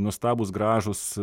nuostabūs gražūs